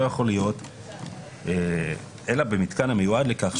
אם כתוב "אלא במתקן המיועד לכך",